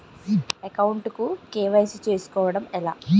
Account కు KYC చేసుకోవడం ఎలా?